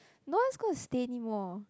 no one's gonna to stay anymore